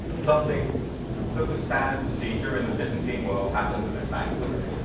something that was standard procedure in the byzantine world happened with this manuscript.